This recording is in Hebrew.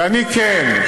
ואני כן.